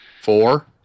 Four